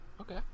Okay